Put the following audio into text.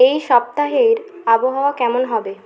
এই সপ্তাহের আবহাওয়া কেমন হবে